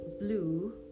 blue